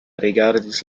rigardis